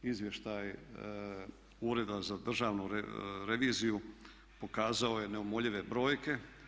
Izvještaj Ureda za državnu reviziju pokazao je neumoljive brojke.